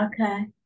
Okay